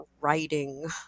writing